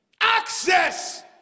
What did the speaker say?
Access